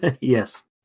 Yes